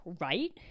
right